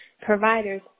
providers